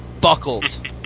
buckled